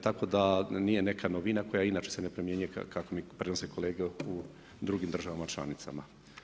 Tako da nije neka novina koja inače se ne primjenjuje kako mi prenose kolege u drugim državama članicama.